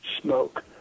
smoke